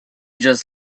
just